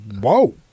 whoa